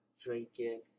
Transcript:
drinking